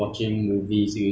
yes yes pirated